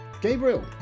Gabriel